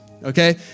Okay